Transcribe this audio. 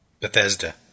Bethesda